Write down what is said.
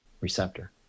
receptor